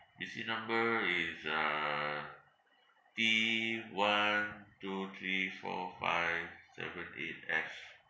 B_C number is uh T one two three four five seven eight F